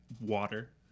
water